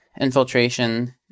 infiltration